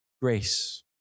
grace